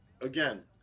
Again